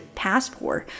passport